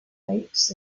lakes